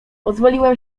pozwoliłem